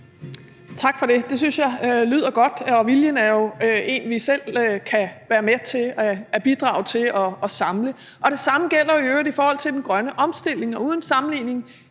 Tak for det. Det synes jeg lyder godt. Viljen er jo en, vi selv kan være med til at bidrage til at samle. Det samme gælder i øvrigt i forhold til den grønne omstilling, og uden sammenligning